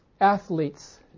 athletes